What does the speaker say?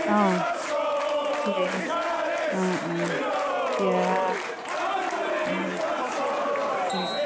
অঁ অঁ অঁ থাকিম